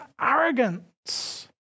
arrogance